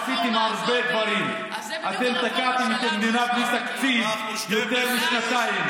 אתם עשיתם הרבה דברים: אתם תקעתם את המדינה בלי תקציב יותר משנתיים.